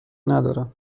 ندارم